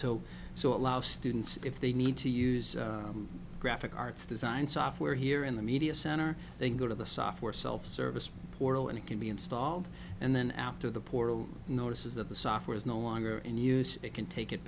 so so allow students if they need to use graphic arts design software here in the media center they can go to the software self service portal and it can be installed and then after the portal notices that the software is no longer in use they can take it